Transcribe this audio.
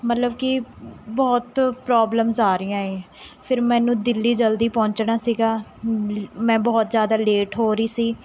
ਮਤਲਬ ਕਿ ਬਹੁਤ ਪ੍ਰੋਬਲਮਸ ਆ ਰਹੀਆਂ ਏ ਫਿਰ ਮੈਨੂੰ ਦਿੱਲੀ ਜਲਦੀ ਪਹੁੰਚਣਾ ਸੀਗਾ ਮੈਂ ਬਹੁਤ ਜ਼ਿਆਦਾ ਲੇਟ ਹੋ ਰਹੀ ਸੀ